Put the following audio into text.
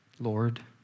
Lord